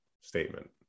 statement